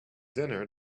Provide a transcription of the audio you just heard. dinner